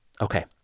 Okay